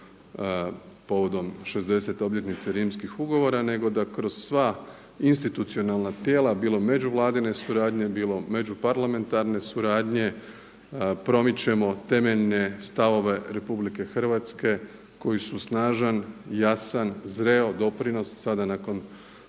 povodom 60. obljetnice Rimskih ugovora, nego da kroz sva institucionalna tijela bilo međuvladine suradnje, bilo međuparlamentarne suradnje promičemo temeljne stavove RH koji su snažan, jasan, zreo doprinos sada nakon